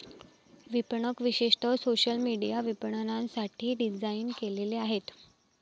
विपणक विशेषतः social media विपणनासाठी डिझाइन केलेले आहेत